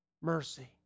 mercy